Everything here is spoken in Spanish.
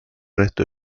resto